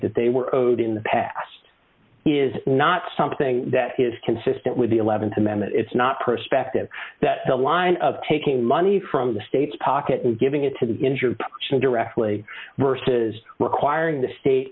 that they were owed in the past is not something that is consistent with the th amendment it's not prospective that the line of taking money from the state's pocket and giving it to the injured directly versus requiring the state